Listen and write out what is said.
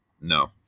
No